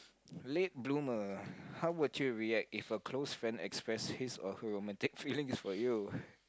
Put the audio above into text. late bloomer how would you react if a close friend express his or her romantic feelings for you